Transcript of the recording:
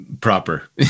proper